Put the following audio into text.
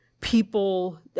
people